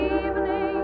evening